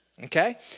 Okay